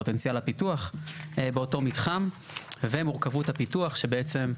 פוטנציאל הפיתוח באותו מתחם ומורכבות הפיתוח שבעצם,